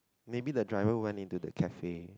maybe the driver went into the cafe